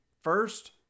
first